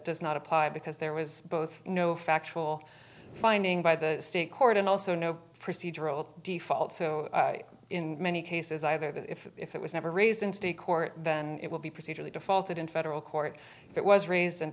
does not apply because there was both no factual finding by the state court and also no procedural default so in many cases either that if if it was never raised in state court then it will be procedurally defaulted in federal court if it was raised